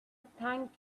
thank